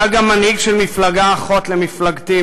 אתה גם מנהיג של מפלגה אחות למפלגתי,